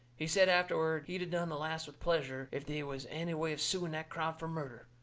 he said afterward he'd of done the last with pleasure if they was any way of suing that crowd fur murder.